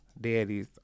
daddies